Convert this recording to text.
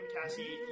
Cassie